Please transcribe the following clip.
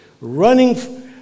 Running